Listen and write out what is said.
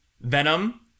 Venom